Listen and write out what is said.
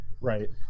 right